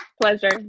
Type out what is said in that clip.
Pleasure